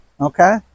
okay